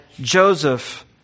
Joseph